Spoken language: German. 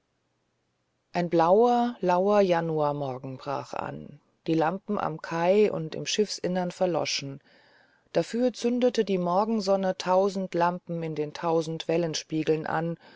ein blauer lauer januarmorgen brach an die lampen am kai und im schiffsinnern verloschen dafür zündete die morgensonne tausend lampen in den tausend wellenspiegeln an